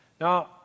Now